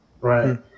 Right